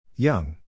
Young